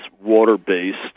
water-based